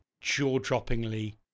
jaw-droppingly